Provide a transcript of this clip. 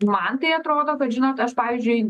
man tai atrodo kad žinot aš pavyzdžiui